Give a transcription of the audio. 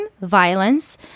violence